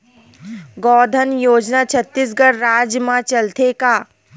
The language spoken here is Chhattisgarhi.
गौधन योजना छत्तीसगढ़ राज्य मा चलथे का?